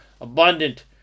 abundant